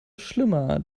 schlimmer